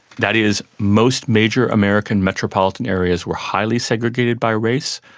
that is, most major american metropolitan areas were highly segregated by race,